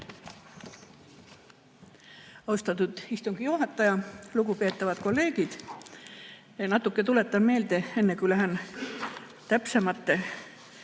Austatud istungi juhataja! Lugupeetavad kolleegid! Natuke tuletan meelde, enne kui lähen täpsemate